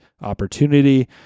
opportunity